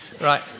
Right